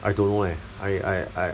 I don't know eh I I I